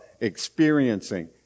experiencing